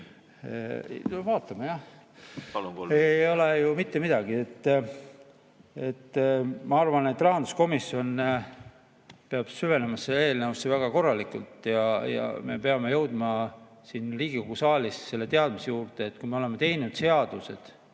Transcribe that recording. vaatame, jah. See ei ole ju mitte midagi. Ma arvan, et rahanduskomisjon peab süvenema sellesse eelnõusse väga korralikult ja me peame jõudma siin Riigikogu saalis sellele teadmisele, et kui me oleme teinud seadused,